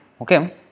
okay